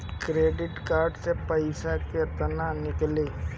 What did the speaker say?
Credit card से पईसा केइसे निकली?